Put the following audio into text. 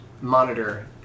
monitor